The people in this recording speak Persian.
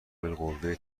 بالقوه